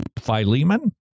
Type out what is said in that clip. Philemon